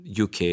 UK